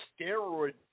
steroid